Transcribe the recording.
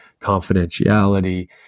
confidentiality